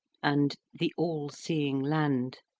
and the all-seeing land